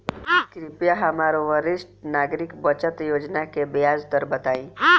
कृपया हमरा वरिष्ठ नागरिक बचत योजना के ब्याज दर बताइं